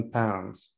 pounds